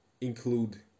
include